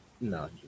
No